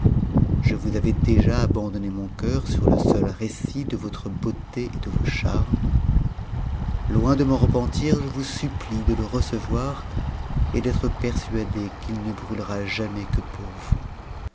épouse vous avais déjà abandonné mon cœur sur le seul récit de votre bcauu et de vos charmes loin de m'eu repentir je vous supplie de le recevoir et d'être persuadée qu'il ne brûtera jamais que pour vous